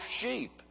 sheep